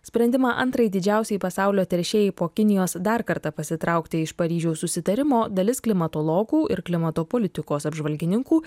sprendimą antrai didžiausiai pasaulio teršėjai po kinijos dar kartą pasitraukti iš paryžiaus susitarimo dalis klimatologų ir klimato politikos apžvalgininkų